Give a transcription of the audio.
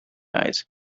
guys